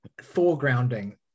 foregrounding